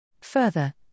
Further